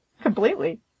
Completely